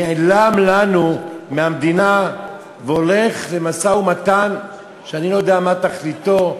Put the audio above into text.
נעלם לנו מהמדינה והולך למשא-ומתן שאני לא יודע מה תכליתו,